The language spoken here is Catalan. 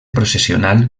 processional